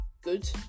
good